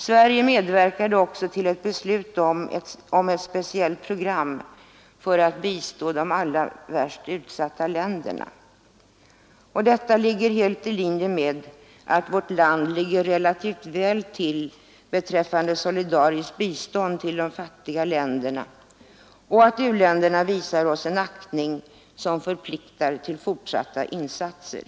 Sverige medverkade också till ett Nr 98 beslut om ett speciellt program för att bistå de allra värst utsatta länderna. Detta är helt i linje med att vårt land ligger relativt väl till Fredagen den beträffande solidariskt bistånd till de fattiga länderna och att u-länderna 31 maj 1974 Cr visar oss en aktning som förpliktar till fortsatta insatser.